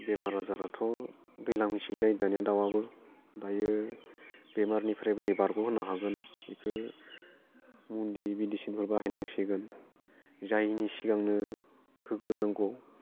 बेमार आजाराथ' दैज्लां मेसें जायो दानिया दाउआबो दायो बेमारनिफ्रायबो बोरै बारग' होनो हागोन बेखौ मुलि मेडिसिन बाहायनांसिगोन जायिनि सिगांनो होग्रोनांगौ